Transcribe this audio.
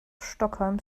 stockholm